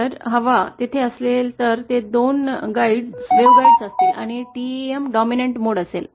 जर हवा तिथे असेल तर ते दोन मार्गदर्शक वेव्हगॉइड असतील आणि TEM प्रबल mode असेल